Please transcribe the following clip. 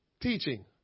Teaching